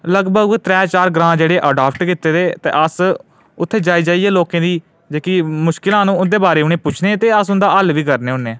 लगभग कोई त्रै चार ग्रां जैह्डे अडाप्ट कीते दे ते अस उत्थै जाई जाइयै लोकें दी जेह्की मुश्कलां न उं'दे बारे च अस पुच्छने ते फ्ही उं'दा हल्ल बी करने होन्ने ते